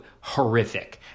horrific